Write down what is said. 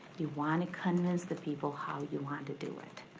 you wanna convince the people how you want to do it,